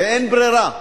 ואין ברירה,